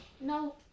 No